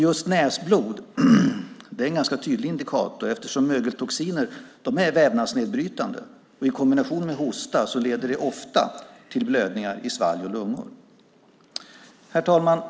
Just näsblod är en ganska tydlig indikator, eftersom mögeltoxiner är vävnadsnedbrytande. I kombination med hosta leder det ofta till blödningar i svalg och lungor. Herr talman!